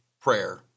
Prayer